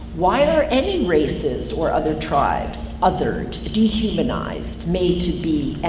why are any races or other tribes othered, dehumanized, made to be ah